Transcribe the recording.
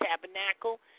tabernacle